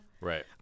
Right